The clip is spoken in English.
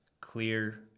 clear